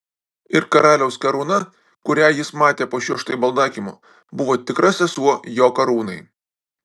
ir karaliaus karūna kurią jis matė po šiuo štai baldakimu buvo tikra sesuo jo karūnai